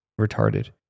retarded